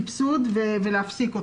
התשפ"א-2020.